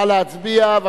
נא להצביע.